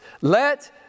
Let